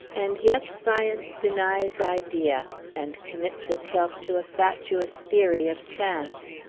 and yet science denies idea, and commits itself to a fatuous theory of chance.